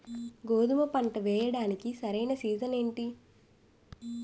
గోధుమపంట వేయడానికి సరైన సీజన్ ఏంటి?